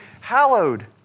hallowed